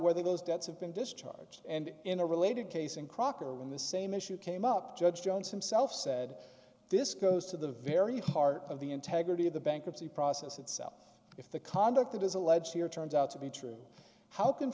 whether those debts have been discharged and in a related case and crocker when the same issue came up judge jones himself said this goes to the very heart of the integrity of the bankruptcy process itself if the conduct that is alleged here turns out to be true how can